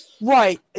Right